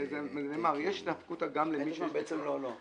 נאמר שיש נפקותא גם למי ש --- למעשה,